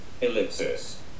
ellipsis